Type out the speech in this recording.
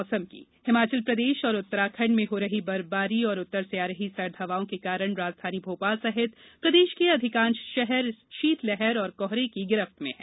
मौसम हिमाचल प्रदेश और उत्तराखंड में हो रही बर्फवारी और उत्तर से आ रही सर्द हवाओं के कारण राजधानी भोपाल सहित प्रदेश के अधिकांश शहर शीतलहर और कोहरे की गिरफ्त में हैं